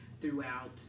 throughout